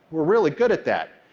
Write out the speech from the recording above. we're really good at that,